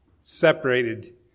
separated